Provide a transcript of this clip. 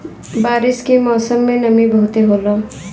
बारिश के मौसम में नमी बहुते होला